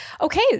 okay